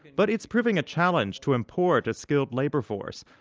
but it's proving a challenge to import a skilled labor force.